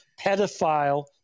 pedophile